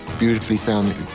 beautifully-sounding